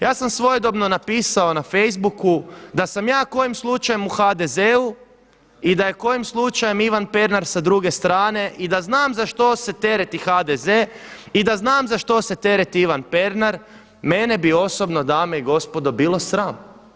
Ja sam svojedobno napisao na facebooku da sam ja kojim slučajem u HDZ-u i da je kojim slučajem Ivan Pernar sa druge strane i da znam za što se tereti HDZ i da znam za što se tereti Ivan Pernar mene bi osobno dame i gospodo bilo sram.